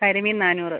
കരിമീൻ നാന്നൂറ്